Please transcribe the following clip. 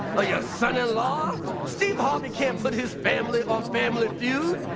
or your son-in-law steve harvey can't put his family on family feud.